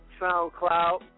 SoundCloud